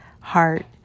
heart